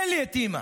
תן לי את אימא.